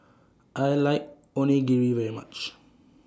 I like Onigiri very much